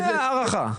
הערכה?